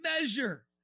measure